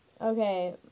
Okay